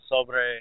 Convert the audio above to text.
sobre